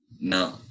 No